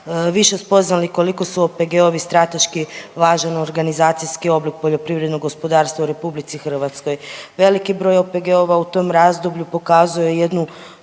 više spoznali koliko su OPG-ovi strateški važan organizacijski oblik poljoprivrednog gospodarstva u RH. Veliki broj OPG-ova u tom razdoblju pokazuje jednu